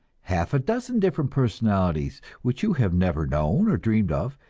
half a dozen different personalities which you have never known or dreamed of,